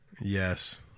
Yes